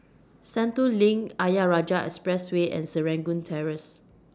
Sentul LINK Ayer Rajah Expressway and Serangoon Terrace